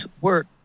work